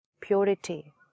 purity